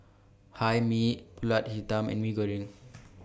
Hae Mee Pulut Hitam and Mee Goreng